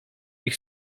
ich